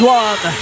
one